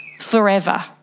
forever